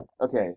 Okay